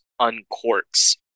uncorks